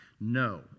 no